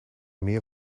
meer